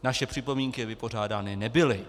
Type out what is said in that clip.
Naše připomínky vypořádány nebyly.